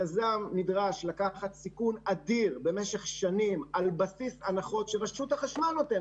יזם נדרש לקחת סיכון אדיר למשך שנים על בסיס הנחות שרשות החשמל,